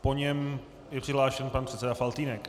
Po něm je přihlášen pan předseda Faltýnek.